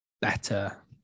better